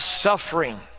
suffering